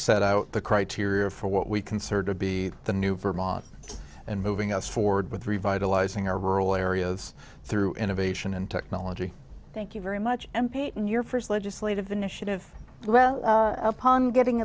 set out the criteria for what we consider to be the new vermont and moving us forward with revitalizing our rural areas through innovation and technology thank you very much and peyton your first legislative initiative well upon getting